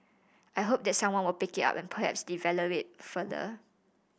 I hope that someone will pick it up and perhaps develop it further